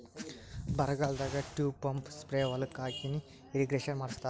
ಬರಗಾಲದಾಗ tube pump spray ಹೊಲಕ್ಕ್ ಹಾಕಿಸಿ ಇರ್ರೀಗೇಷನ್ ಮಾಡ್ಸತ್ತರ